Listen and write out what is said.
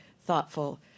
thoughtful